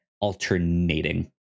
alternating